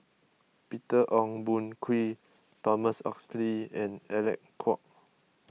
Peter Ong Boon Kwee Thomas Oxley and Alec Kuok